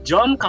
John